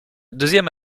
deuxième